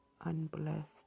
unblessed